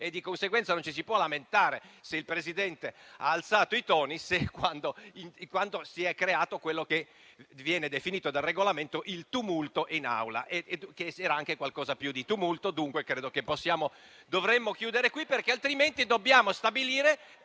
Di conseguenza non ci si può lamentare se il Presidente ha alzato i toni quando si è creato quello che viene definito dal Regolamento un tumulto in Aula, che era anche qualcosa più di un tumulto. Credo dunque che dovremmo chiudere qui, altrimenti dobbiamo stabilire